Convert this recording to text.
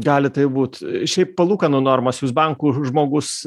gali taip būt šiaip palūkanų normos jūs bankų žmogus